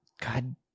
God